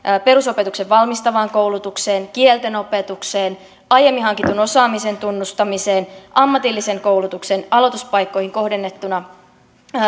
perusopetuksen valmistavaan koulutukseen kielten opetukseen aiemmin hankitun osaamisen tunnustamiseen ammatillisen koulutuksen aloituspaikkoihin kohdennettuna